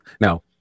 Now